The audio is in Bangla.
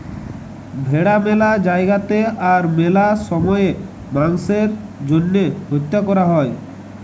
ভেড়া ম্যালা জায়গাতে আর ম্যালা সময়ে মাংসের জ্যনহে হত্যা ক্যরা হ্যয়